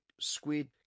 Squid